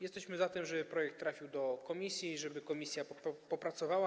Jesteśmy za tym, żeby projekt trafił do komisji i żeby komisja nad nim popracowała.